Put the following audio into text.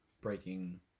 Breaking